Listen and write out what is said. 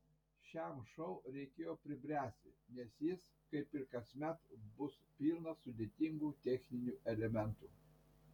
šiam šou reikėjo pribręsti nes jis kaip ir kasmet bus pilnas sudėtingų techninių elementų